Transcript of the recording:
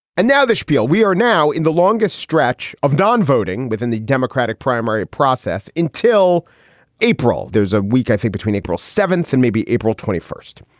and now the spiel we are now in the longest stretch of nonvoting voting within the democratic primary process until april. there's a week, i think, between april seventh and maybe april twenty first.